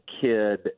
kid